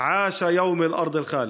יחי יום האדמה הנצחי.)